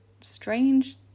strange